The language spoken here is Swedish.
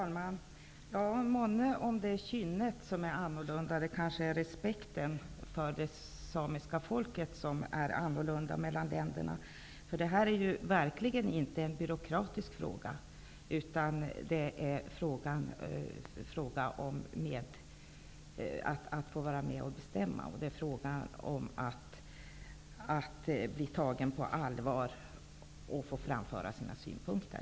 Fru talman! Månne det kan vara kynnet som är annorlunda. Det är kanske ländernas respekt för det samiska folket som är annorlunda. Detta är verkligen inte en byråkratisk fråga, utan det gäller att få vara med och bestämma, få framföra sina synpunkter och bli tagen på allvar.